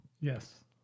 Yes